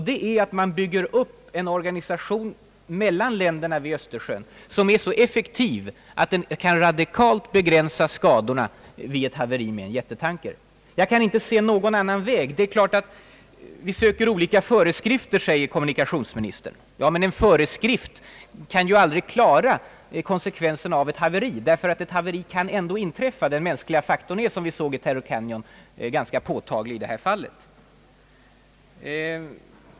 Det är att bygga upp en organisation mellan länderna vid Östersjön som är så effektiv att den radikalt kan begränsa skadorna vid ett haveri med en jättetanker. Jag kan inte se någon annan väg. Vi söker olika föreskrifter, säger kommunikationsministern. Men en föreskrift kan aldrig klara konsekvenserna av ett haveri. Ett haveri kan ändå inträffa. Som vi såg i fallet Torrey Canyon var den mänskliga faktorn ganska påtaglig.